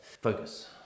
Focus